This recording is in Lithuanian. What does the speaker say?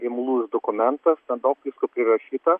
imlus dokumentas ten daug visko prirašyta